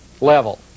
level